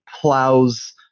plows